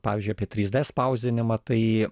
pavyzdžiui apie trys d spausdinimą tai